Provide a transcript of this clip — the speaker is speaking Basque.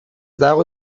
dago